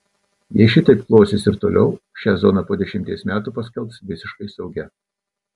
jei šitaip klosis ir toliau šią zoną po dešimties metų paskelbs visiškai saugia